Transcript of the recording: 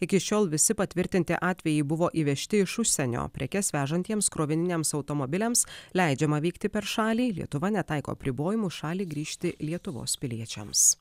iki šiol visi patvirtinti atvejai buvo įvežti iš užsienio prekes vežantiems krovininiams automobiliams leidžiama vykti per šalį lietuva netaiko apribojimų į šalį grįžti lietuvos piliečiams